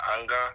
anger